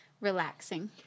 Relaxing